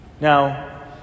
Now